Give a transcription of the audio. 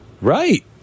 Right